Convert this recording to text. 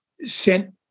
sent